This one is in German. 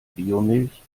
biomilch